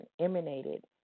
emanated